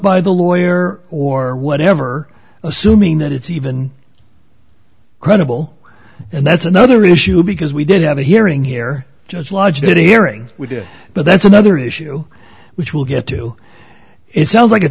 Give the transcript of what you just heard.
by the lawyer or whatever assuming that it's even credible and that's another issue because we did have a hearing here judge logic hearing we did but that's another issue which we'll get to it sounds like a